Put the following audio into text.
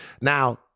now